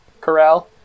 corral